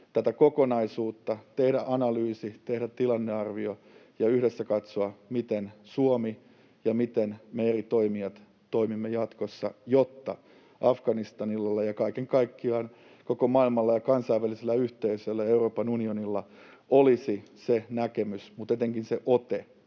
tätä kokonaisuutta, tehdä analyysi, tehdä tilannearvio ja yhdessä katsoa, miten Suomi ja miten me eri toimijat toimimme jatkossa, jotta Afganistanilla ja kaiken kaikkiaan koko maailmalla ja kansainvälisellä yhteisöllä ja Euroopan unionilla olisi se näkemys mutta etenkin se ote,